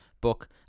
book